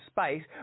space